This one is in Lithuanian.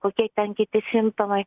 kokie ten kiti simptomai